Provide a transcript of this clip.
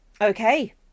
Okay